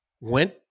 went